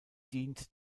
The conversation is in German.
dient